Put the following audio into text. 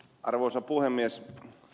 arvoisa puhemies